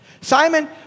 Simon